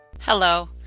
Hello